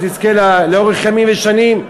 שתזכה לאורך ימים ושנים,